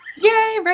Yay